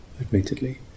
admittedly